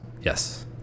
Yes